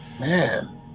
man